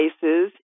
cases